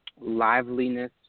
liveliness